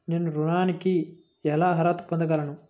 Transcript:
నేను ఋణానికి ఎలా అర్హత పొందగలను?